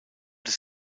des